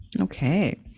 Okay